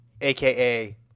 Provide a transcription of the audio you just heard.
aka